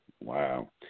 Wow